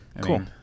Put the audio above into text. Cool